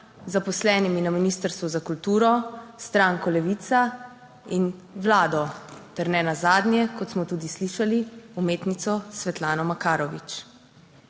zaposlenimi na Ministrstvu za kulturo, s stranko Levica in Vlado ter nenazadnje, kot smo tudi slišali umetnico Svetlano Makarovič.